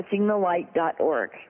touchingthelight.org